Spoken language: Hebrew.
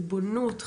זה ריבונות,